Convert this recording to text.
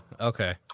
Okay